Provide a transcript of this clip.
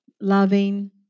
loving